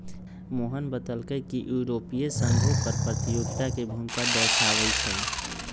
मोहन बतलकई कि यूरोपीय संघो कर प्रतियोगिता के भूमिका दर्शावाई छई